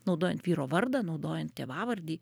naudojant vyro vardą naudojant tėvavardį